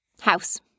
House